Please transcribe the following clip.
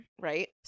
right